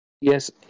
Yes